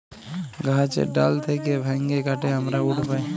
গাহাচের ডাল থ্যাইকে ভাইঙে কাটে আমরা উড পায়